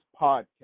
podcast